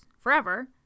forever